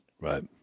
Right